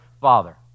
father